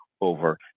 over